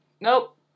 Nope